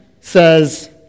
says